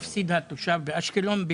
(היו"ר משה גפני,